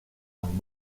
amb